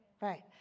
Right